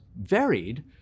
varied